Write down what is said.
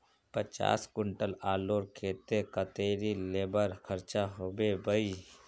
पचास कुंटल आलूर केते कतेरी लेबर खर्चा होबे बई?